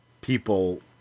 people